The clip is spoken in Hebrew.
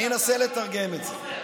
אני בכל מקרה אנסה לתרגם את זה.